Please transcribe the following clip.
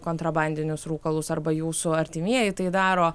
kontrabandinius rūkalus arba jūsų artimieji tai daro